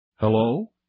Hello